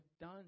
done